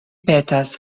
petas